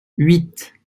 huit